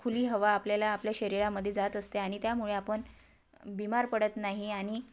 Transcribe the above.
खुली हवा आपल्याला आपल्या शरीरामध्ये जात असते आणि त्यामुळे आपण बीमार पडत नाही आणि